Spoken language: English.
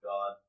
God